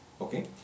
okay